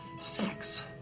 sex